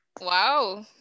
wow